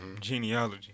Genealogy